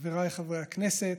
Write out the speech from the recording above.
חבריי חברי הכנסת,